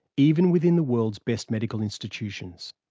even within the world's best medical institutions.